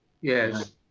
Yes